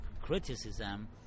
criticism